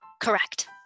Correct